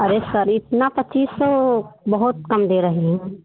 अरे सर इतना पच्चीस सौ बहुत कम दे रहे हो